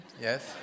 Yes